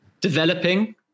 developing